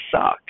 suck